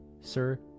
Sir